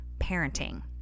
parenting